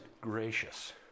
gracious